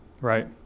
right